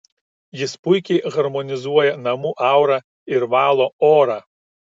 jis puikiai harmonizuoja namų aurą ir valo orą